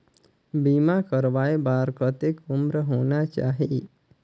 बीमा करवाय बार कतेक उम्र होना चाही?